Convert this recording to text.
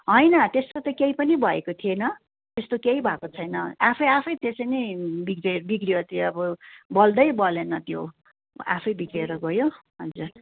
होइन त्यस्तो त केही पनि भएको थिएन त्यस्तो केही भएको छैन आफै आफै त्यसै नै बिग्रे बिग्रियो त्यो अब बल्दै बलेन त्यो आफै बिग्रेर गयो हजुर